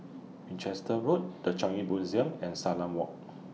Winchester Road The Changi Museum and Salam Walk